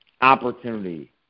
opportunity